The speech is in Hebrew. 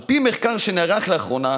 על פי מחקר שנערך לאחרונה,